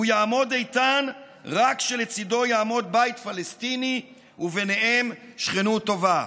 הוא יעמוד איתן רק כשלצידו יעמוד בית פלסטיני וביניהם שכנות טובה.